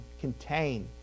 contain